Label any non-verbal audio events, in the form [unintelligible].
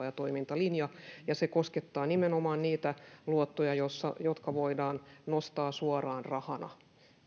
[unintelligible] ja toimintalinja ja se koskettaa nimenomaan niitä luottoja jotka voidaan nostaa suoraan rahana